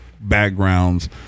Backgrounds